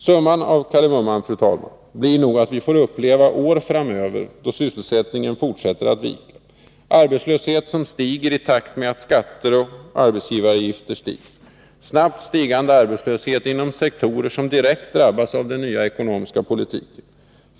Summan av kardemumman, fru talman, blir nog att vi får uppleva år framöver då sysselsättningen fortsätter att vika, arbetslöshet som stiger i takt med att skatter och arbetsgivaravgifter stiger, snabbt stigande arbetslöshet inom sektorer som direkt drabbas av den nya ekonomiska politiken.